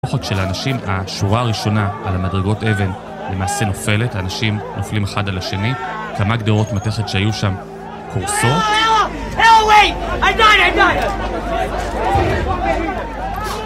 כוחות של האנשים, השורה הראשונה על המדרגות אבן, למעשה נופלת, האנשים נופלים אחד על השני כמה גדירות מתכת שהיו שם קורסות